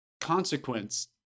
consequence